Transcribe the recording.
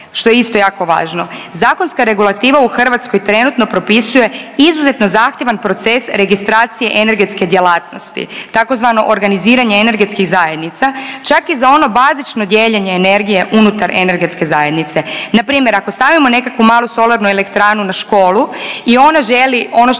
što je isto jako važno. Zakonska regulativa u Hrvatskoj trenutno propisuje izuzetno zahtjevan proces registracije energetske djelatnosti tzv. organiziranje energetskih zajednica, čak i za ono bazično dijeljenje energije unutar energetske zajednice. Npr. ako stavimo nekakvu malu solarnu elektranu na školu i ona želi ono što